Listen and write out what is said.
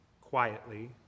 quietly